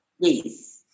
yes